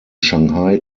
shanghai